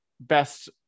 best